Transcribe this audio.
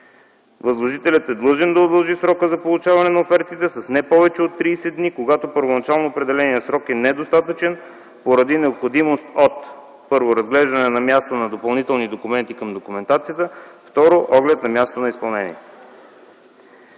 Възложителят е длъжен да удължи срока за получаване на офертите с не повече от 30 дни, когато първоначално определеният срок е недостатъчен поради необходимост от: 1. разглеждане на място на допълнителни документи към документацията; 2. оглед на мястото на изпълнение.”